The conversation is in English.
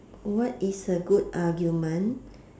what is a good argument